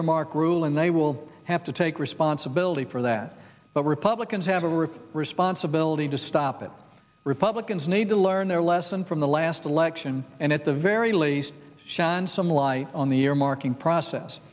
earmark rule and they will have to take responsibility for that but republicans have a rip responsibility to stop it republicans need to learn their lesson from the last election and at the very least shine some light on the earmarking process